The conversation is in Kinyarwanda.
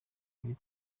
iri